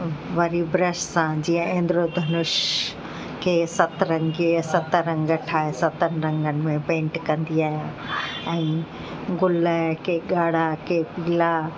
वरी ब्रश सां जीअं इंद्र धनुष खे सतरंगीअ सत रंग ठाहे सतनि रंगनि में पेंट कंदी आहियां ऐं गुल कंहिं ॻाढ़ा कंहिं पीला